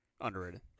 Underrated